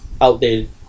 outdated